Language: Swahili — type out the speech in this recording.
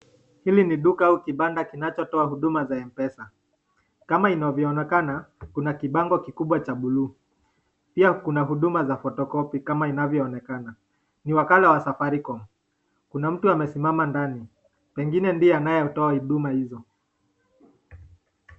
Hili ni kipanda au duka linalotoa huduma za mpesa, kama inavyoonekana Kuna kipango kikubwa cha bluu, pia Kuna huduma za photocopy kama inavyoonekana, ni wakala wa safaricom Kuna mtu amesimama ndani pengine ndiye anayeitoa huduma hizo.